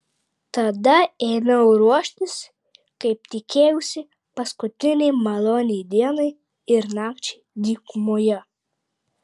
tada ėmiau ruoštis kaip tikėjausi paskutinei maloniai dienai ir nakčiai dykumoje